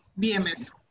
BMS